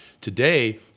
today